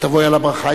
ותבואי על הברכה.